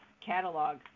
catalog